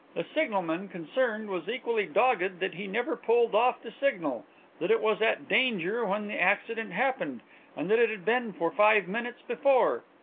the signalman concerned was equally dogged that he never pulled off the signal that it was at danger when the accident happened and that it had been for five minutes before.